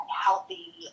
healthy